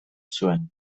zuen